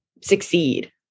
succeed